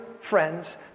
friends